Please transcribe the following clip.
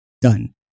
done